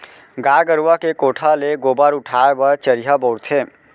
गाय गरूवा के कोठा ले गोबर उठाय बर चरिहा बउरथे